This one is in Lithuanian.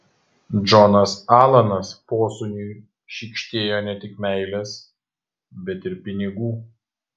džonas alanas posūniui šykštėjo ne tik meilės bet ir pinigų